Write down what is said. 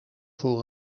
voor